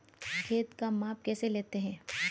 खेत का माप कैसे लेते हैं?